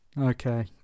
okay